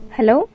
Hello